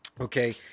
Okay